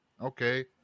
okay